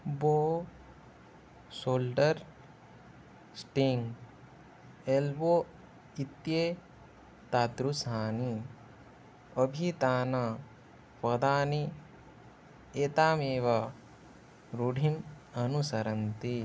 बो shoulder sting elbow इत्येतादृशानि अभिधानपदानि एतामेव रूढिम् अनुसरन्ति